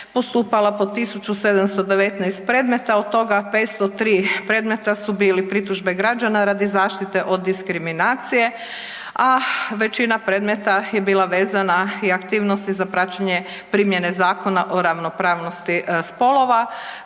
postupala po 1719 predmeta, od toga 503 predmeta su bili pritužbe građana radi zaštite od diskriminacije, a većina predmeta je bila vezana i aktivnosti za praćenje primjene Zakona o ravnopravnosti spolova,